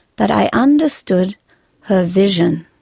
but i understood her vision.